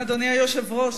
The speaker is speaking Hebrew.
אדוני היושב-ראש,